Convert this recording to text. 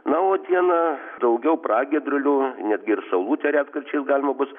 na o dieną daugiau pragiedrulių netgi ir saulutę retkarčiais galima bus